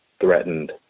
threatened